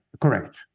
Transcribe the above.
correct